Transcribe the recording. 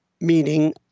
meaning